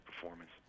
performance